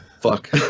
fuck